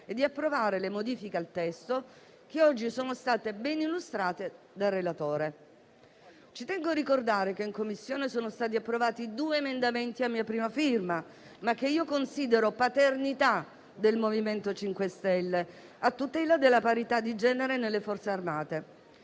e di approvare le modifiche al testo, che oggi sono state ben illustrate dal relatore. Tengo a ricordare che in Commissione sono stati approvati due emendamenti a mia prima firma, la cui paternità considero però sia del MoVimento 5 Stelle, a tutela della parità di genere nelle Forze armate.